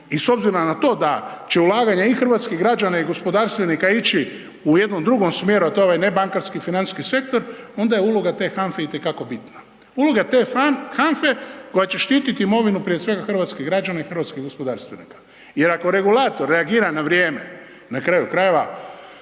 i s obzirom na to da će i ulaganja i hrvatskih građana i gospodarstvenika ići u jednom drugom smjeru, a to je ovaj nebankarski financijski sektor, onda je uloga te HANFA-e itekako bitna. Uloga te HANFA-e koja će štititi imovinu, prije svega, hrvatskih građana i hrvatskih gospodarstvenika. Jer ako regulator reagira na vrijeme, na kraju krajeva,